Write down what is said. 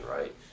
right